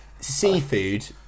Seafood